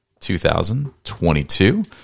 2022